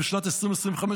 בשנת 2025,